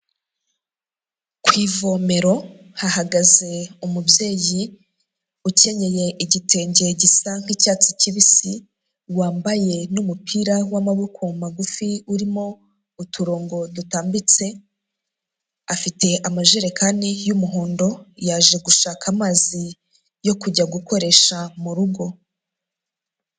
Ku ivomero hahagaze umubyeyi ukenyeye igitenge gisa nk'icyatsi kibisi, wambaye n'umupira w'amaboko magufi urimo uturongo dutambitse, afite amajerekani y'umuhondo, yaje gushaka amazi yo kujya gukoresha mu rugo.